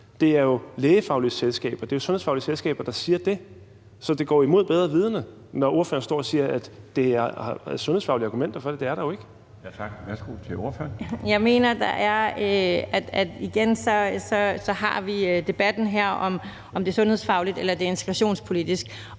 Det er jo lægefaglige selskaber, det er jo sundhedsfaglige selskaber, der siger det, så det går imod bedre vidende, når ordføreren står og siger, at der er sundhedsfaglige argumenter for det. Det er der jo ikke. Kl. 13:13 Den fg. formand (Bjarne Laustsen): Tak. Værsgo til